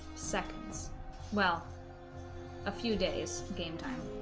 seconds well a few days game time